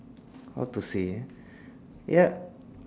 how to say eh ya